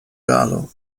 galo